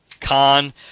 Khan